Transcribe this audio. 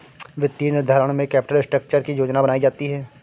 वित्तीय निर्धारण में कैपिटल स्ट्रक्चर की योजना बनायीं जाती है